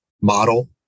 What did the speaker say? model